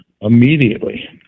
immediately